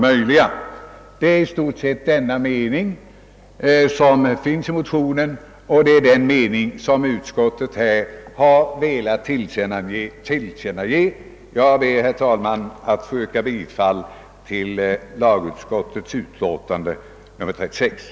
Detta är i stora drag den mening som vi uttalat i motionerna och som utskottet anslutit sig till i sitt utlåtande. Jag yrkar, herr talman, bifall till utskottets hemställan.